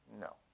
No